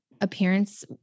appearance